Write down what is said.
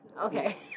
Okay